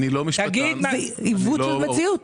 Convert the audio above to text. זה עיוות מציאות.